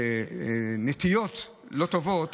שההוא, יש לו נטיות לא טובות.